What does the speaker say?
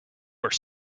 are